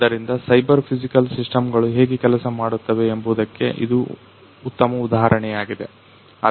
ಆದ್ದರಿಂದ cyber physical system ಗಳು ಹೇಗೆ ಕೆಲಸ ಮಾಡುತ್ತವೆ ಎಂಬುದಕ್ಕೆ ಇದು ಉತ್ತಮ ಉದಾಹರಣೆಯಾಗಿದೆ